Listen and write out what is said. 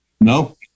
No